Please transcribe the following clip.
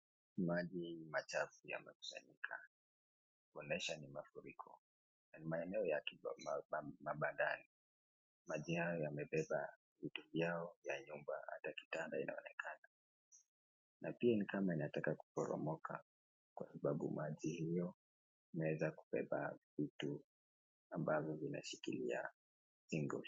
Maji machafu ymekusanyika kuonyesha ni mafuriko. Ni maeneo kibandani. Maji hayo yamebeba vitu vyao vya nyumba hata kitanda inaonekana. Na pia ni kama unataka kuporomoka kwa sababu maji hiyo imeweza kubeba vitu ambavyo vinashikilia jengo hili.